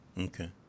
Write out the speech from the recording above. Okay